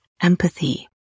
empathy